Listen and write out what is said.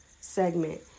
segment